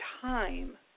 time